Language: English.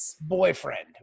boyfriend